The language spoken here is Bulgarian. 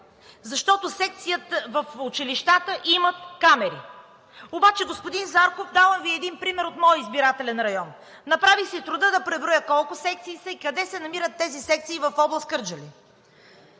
защото секциите в училищата имат камери. Обаче, господин Зарков, давам Ви един пример от моя избирателен район. Направих си труда да преброя колко са секциите и къде се намират тези секции в област Кърджали